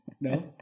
no